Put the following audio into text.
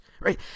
right